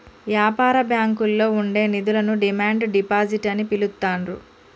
యాపార బ్యాంకుల్లో ఉండే నిధులను డిమాండ్ డిపాజిట్ అని పిలుత్తాండ్రు